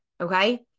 okay